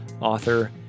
author